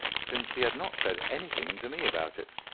since he had not said anything to me about it.